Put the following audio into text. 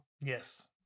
Yes